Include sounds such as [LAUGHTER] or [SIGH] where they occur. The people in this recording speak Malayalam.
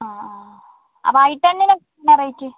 ആ ആ അപ്പം ഐ ടെന്നിന് [UNINTELLIGIBLE] റേറ്റ്